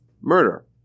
murder